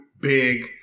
Big